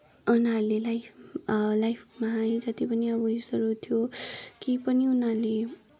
उनीहरूले लाइफ लाइफमा है जति पनि अब इस्युहरू थियो केही पनि उनीहरूले